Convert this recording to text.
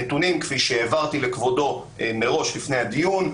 הנתונים כפי שהעברתי לכבודו מראש לפני הדיון,